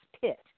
pit